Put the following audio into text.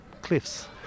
cliffs